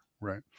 Right